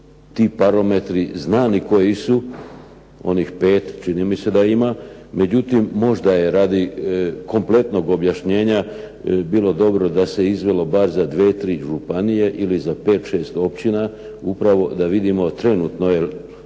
ti parametri znani koji su onih pet čini mi se da ima. Međutim, možda je radi kompletnog objašnjenja bilo dobro da se izvelo bar za dve, tri županije ili za pet, šest općina upravo da vidimo trenutno.